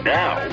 now